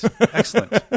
Excellent